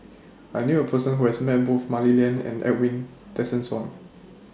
I knew A Person Who has Met Both Mah Li Lian and Edwin Tessensohn